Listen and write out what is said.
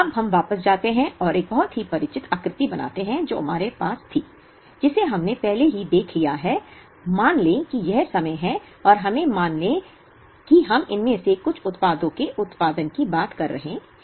अब हम वापस जाते हैं और एक बहुत ही परिचित आकृति बनाते हैं जो हमारे पास थी जिसे हमने पहले ही देख लिया है मान लें कि यह समय है और हमें मान लें कि हम इनमें से कुछ उत्पादों के उत्पादन की बात कर रहे हैं